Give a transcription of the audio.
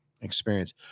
experience